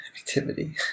activity